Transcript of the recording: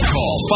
Call